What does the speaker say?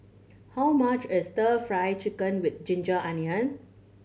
how much is Stir Fry Chicken with ginger onion